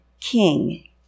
king